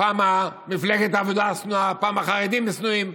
פעם מפלגת העבודה שנואה, פעם החרדים שנואים.